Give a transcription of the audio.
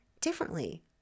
differently